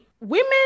women